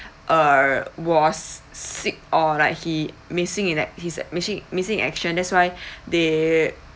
uh was sick or like he missing in ac~ he's missing in action that's why they